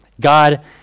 God